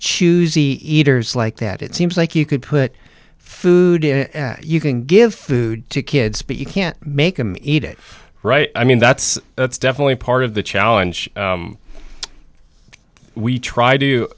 choosy eaters like that it seems like you could put food in you can give food to kids but you can't make them eat it right i mean that's that's definitely part of the challenge we try to